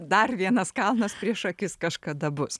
dar vienas kalnas prieš akis kažkada bus